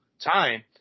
time